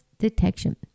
detection